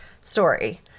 story